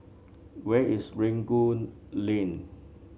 where is Rangoon Lane